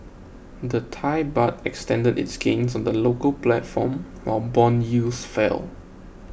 the Thai Baht extended its gains on the local platform while bond yields fell